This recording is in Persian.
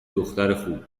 دختر